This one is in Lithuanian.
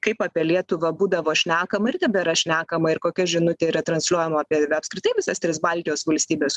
kaip apie lietuvą būdavo šnekama ir tebėra šnekama ir kokia žinutė yra transliuojama apie apskritai visas tris baltijos valstybes